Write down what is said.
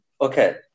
okay